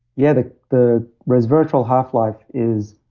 yeah, the the resveratrol half-life is